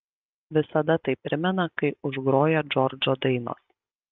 visada tai primena kai užgroja džordžo dainos